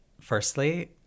firstly